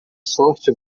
sorte